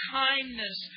kindness